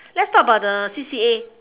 let's talk about the C_C_A